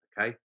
okay